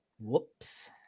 Whoops